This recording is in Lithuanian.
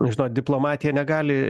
žinot diplomatija negali